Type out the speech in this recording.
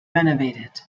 renovated